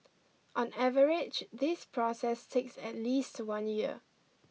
on average this process takes at least one year